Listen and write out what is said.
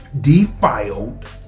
defiled